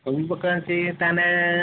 ସବୁ ପ୍ରକାର କି ତାହେଲେ